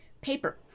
paper